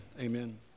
amen